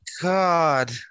God